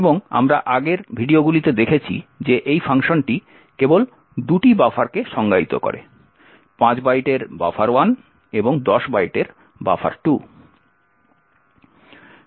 এবং আমরা আগের ভিডিওগুলিতে দেখেছি যে এই ফাংশনটি কেবল দুটি বাফারকে সংজ্ঞায়িত করে 5 বাইটের বাফার1 এবং 10 বাইটের বাফার2